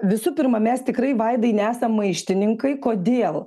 visų pirma mes tikrai vaidai nesam maištininkai kodėl